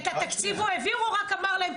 אבל את התקציב הוא העביר או רק אמר להם,